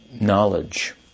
knowledge